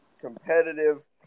competitive